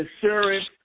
Insurance